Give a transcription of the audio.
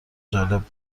جالب